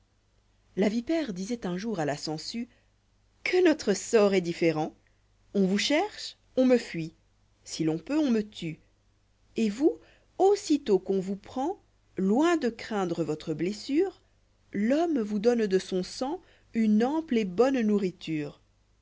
la vipère disoit un jour à la sangsue i que notre sort est différent on vous cherche on me fuit si l'on peut on me tue et vous aussitôt qu'on vous prend i loin dé craindre votre blessure l'homme vous donne de son sang une ample et bonne nourriture